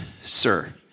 sir